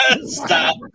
Stop